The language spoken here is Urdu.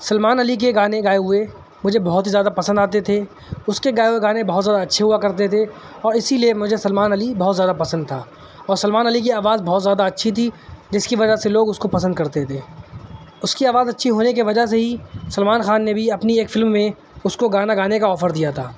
سلمان علی کے گانے گائے ہوئے مجھے بہت ہی زیادہ پسند آتے تھے اس کے گائے ہوئے گانے بہت زیادہ اچھے ہوا کرتے تھے اور اسی لیے مجھے سلمان علی بہت زیادہ پسند تھا اور سلمان علی کی آواز بہت زیادہ اچھی تھی جس کی وجہ سے لوگ اس کو پسند کرتے تھے اس کی آواز اچھی ہونے کی وجہ سے ہی سلمان خان نے بھی اپنی ایک فلم میں اس کو گانا گانے کا آفر دیا تھا